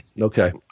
Okay